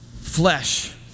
flesh